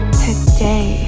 today